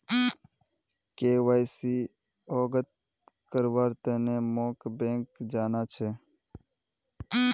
KYC अवगत करव्वार तने मोक बैंक जाना छ